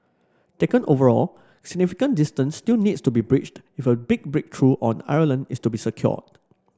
taken overall significant distance still needs to be bridged if a big breakthrough on Ireland is to be secured